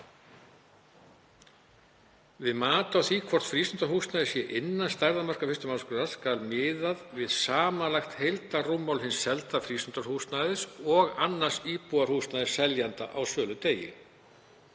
Við mat á því hvort frístundahúsnæði sé innan stærðarmarka 1. mgr. 17. gr. laganna skal miðað við samanlagt heildarrúmmál hins selda frístundahúsnæðis og annars íbúðarhúsnæðis seljanda á söludegi.